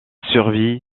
survit